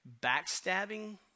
backstabbing